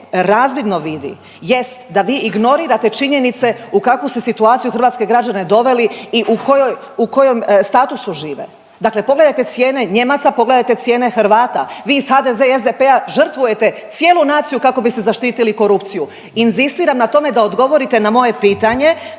razvidno vidi jest da vi ignorirate činjenice u kakvu ste situaciju hrvatske građane doveli i u kojoj i u kojem statusu žive. Dakle, pogledajte cijene Nijemaca, pogledajte cijene Hrvata, vi iz HDZ-a i SDP-a žrtvujete cijelu naciju kako biste zaštitili korupciju. Inzistiram na tome da odgovorite na moje pitanje